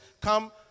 Come